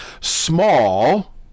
small